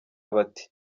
bati